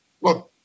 look